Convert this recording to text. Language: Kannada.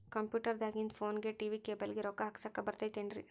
ಕಂಪ್ಯೂಟರ್ ದಾಗಿಂದ್ ಫೋನ್ಗೆ, ಟಿ.ವಿ ಕೇಬಲ್ ಗೆ, ರೊಕ್ಕಾ ಹಾಕಸಾಕ್ ಬರತೈತೇನ್ರೇ?